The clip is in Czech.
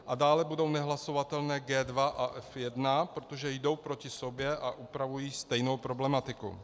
A dále budou nehlasovatelné G2 a F1, protože jdou proti sobě a upravují stejnou problematiku.